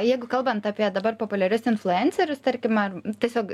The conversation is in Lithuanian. jeigu kalbant apie dabar populiarius influencerius tarkim ar tiesiog